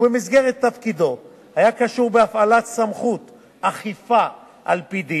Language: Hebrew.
ובמסגרת תפקידו היה קשור בהפעלת סמכות אכיפה על-פי דין,